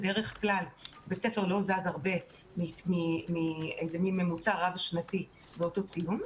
בדרך כלל בית ספר לא זז הרבה מממוצע רב שנתי באותו הציון.